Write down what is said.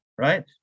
right